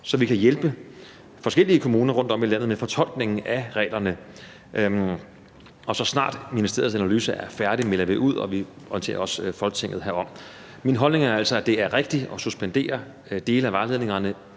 så vi kan hjælpe forskellige kommuner rundtom i landet med fortolkningen af reglerne. Og så snart ministeriets analyse er færdig, melder vi ud, og vi orienterer også Folketinget herom. Min holdning er altså, at det er rigtigt at suspendere dele af vejledningerne,